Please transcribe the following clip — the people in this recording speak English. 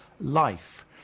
life